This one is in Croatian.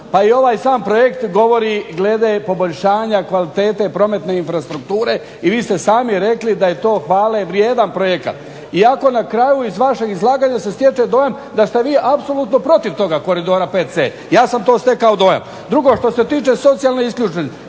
Pa i ovaj sam projekt govori glede poboljšanja kvalitete prometne infrastrukture i vi ste sami rekli da je to hvale vrijedan projekat. Iako na kraju vašeg izlaganja se stječe dojam da ste vi apsolutno protiv toga Koridora 5C. ja sam to stekao dojam. Drugo, što se tiče socijalne isključenosti,